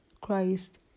Christ